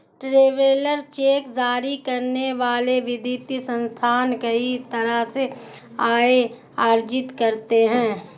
travellers cheque जारी करने वाले वित्तीय संस्थान कई तरह से आय अर्जित करते हैं